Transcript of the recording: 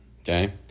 okay